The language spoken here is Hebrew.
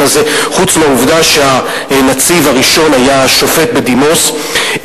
הזה חוץ מהעובדה שהנציב הראשון היה שופט בדימוס,